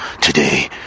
Today